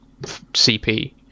CP